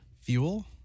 Fuel